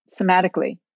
somatically